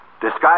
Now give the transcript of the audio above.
Disguise